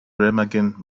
remagen